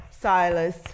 Silas